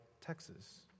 Texas